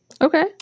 Okay